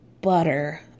butter